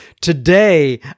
Today